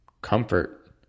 comfort